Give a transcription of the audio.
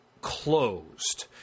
closed